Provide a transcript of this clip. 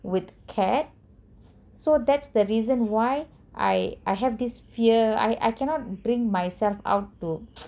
with cats so that's the reason why I I have this fear I I cannot bring myself out too